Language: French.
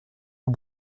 aux